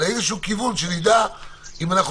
שיהיה לנו איזשהו כיוון שנדע אם אנחנו